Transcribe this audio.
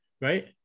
right